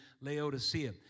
Laodicea